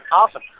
Awesome